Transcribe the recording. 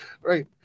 right